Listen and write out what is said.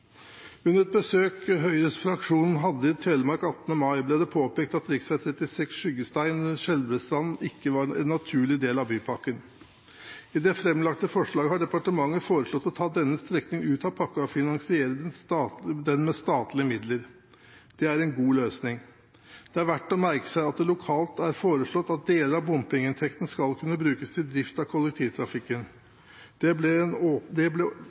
Under et besøk Høyres fraksjon hadde i Telemark 18. mai ble det påpekt at rv. 36 Skyggestein–Skjelbredstrand ikke var en naturlig del av bypakken. I det framlagte forslaget har departementet foreslått å ta denne strekningen ut av pakken og finansiere den med statlige midler. Det er en god løsning. Det er verdt å merke seg at det lokalt er foreslått at deler av bompengeinntektene skal kunne brukes til drift av kollektivtrafikken. Det ble åpnet for det